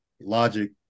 logic